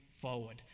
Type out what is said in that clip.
forward